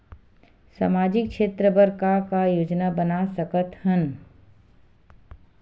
सामाजिक क्षेत्र बर का का योजना बना सकत हन?